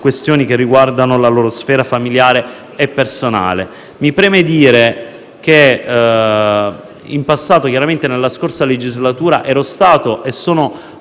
su questioni che riguardano la loro sfera familiare e personale. Mi preme dire che, in passato e chiaramente nella scorsa legislatura, ero stato molto